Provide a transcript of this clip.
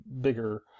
bigger